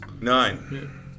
Nine